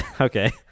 Okay